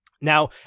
Now